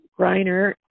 Greiner